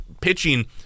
pitching